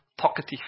Talkative